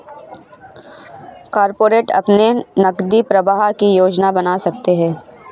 corporate अपने नकदी प्रवाह की योजना बना सकते हैं